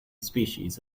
species